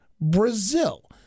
Brazil